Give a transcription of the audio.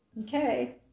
Okay